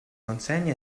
consegna